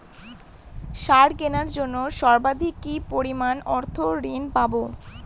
সার কেনার জন্য সর্বাধিক কি পরিমাণ অর্থ ঋণ পাব?